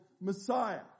Messiah